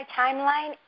timeline